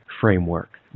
framework